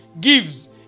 gives